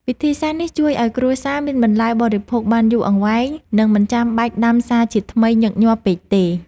វិធីសាស្ត្រនេះជួយឱ្យគ្រួសារមានបន្លែបរិភោគបានយូរអង្វែង និងមិនចាំបាច់ដាំសារជាថ្មីញឹកញាប់ពេកទេ។